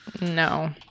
No